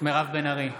מירב בן ארי,